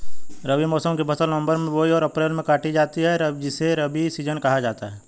रबी मौसम की फसल नवंबर में बोई और अप्रैल में काटी जाती है जिसे रबी सीजन कहा जाता है